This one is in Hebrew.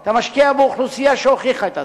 אתה משקיע באוכלוסייה שהוכיחה את עצמה.